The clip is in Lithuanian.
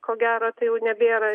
ko gero tai jau nebėra